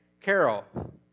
Carol